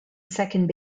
second